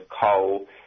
coal